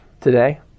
today